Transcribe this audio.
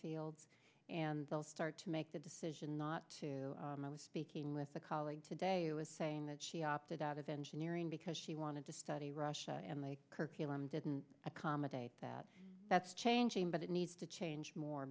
fields and they'll start to make the decision not to i was speaking with a colleague today who is saying that she opted out of engineering because she wanted to study russia and the curriculum didn't accommodate that that's changing but it needs to change more